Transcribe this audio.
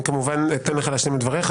אני כמובן אתן לך להשלים את דבריך,